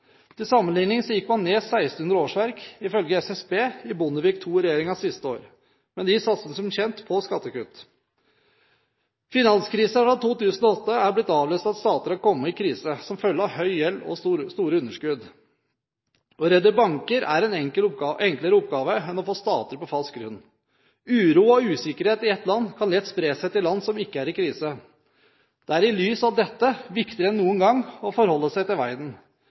Til sammenligning gikk man ifølge SSB ned 1 600 årsverk i Bondevik II-regjeringens siste år. Men de satset, som kjent, på skattekutt. Finanskrisen fra 2008 er blitt avløst av at stater er kommet i krise som følge av høy gjeld og store underskudd. Å redde banker er en enklere oppgave enn å få stater på falsk grunn. Uro og usikkerhet i ett land kan lett spre seg til land som ikke er i krise. Det er i lys av dette viktigere enn noen gang å forholde seg til verden.